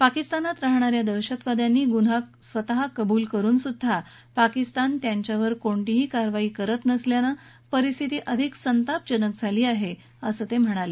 पाकिस्तानात राहणा या दहशतवाद्यांनी गुन्हा कबूल करुनसुद्वा पाकिस्तान त्याच्यावर कोणतीच कारवाई करत नसल्यानं परिस्थिती अधिक संतापजनक झाली आहे असं ते म्हणाले